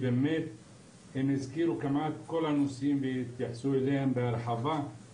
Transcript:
הם הזכירו כמעט את כל הנושאים והתייחסו אליהם בהרחבה.